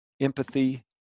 empathy